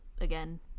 again